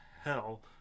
hell